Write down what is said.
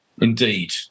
Indeed